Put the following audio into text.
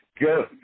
go